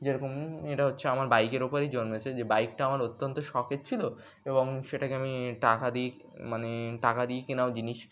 যেরকম যেটা হচ্ছে আমার বাইকের ওপরই জন্মেছে যে বাইকটা আমার অত্যন্ত শখের ছিল এবং সেটাকে আমি টাকা দিই মানে টাকা দিয়েই কেনাও জিনিস